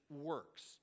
works